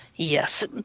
Yes